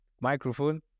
microphone